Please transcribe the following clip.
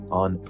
on